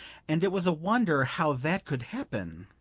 and it was a wonder how that could happen